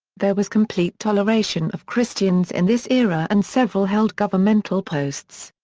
there was complete toleration of christians in this era and several held governmental posts.